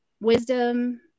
wisdom